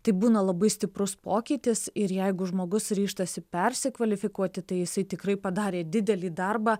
tai būna labai stiprus pokytis ir jeigu žmogus ryžtasi persikvalifikuoti tai jisai tikrai padarė didelį darbą